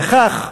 וכך,